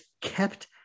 kept